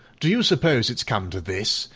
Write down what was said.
do you suppose it's come to this,